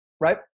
right